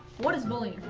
what is bullying?